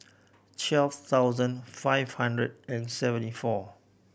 twelve thousand five hundred and seventy four